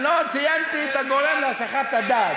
ולא ציינתי את הגורם להסחת הדעת.